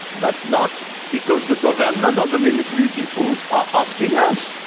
but not because the government or the military people are asking us.